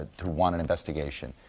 to to want an investigation.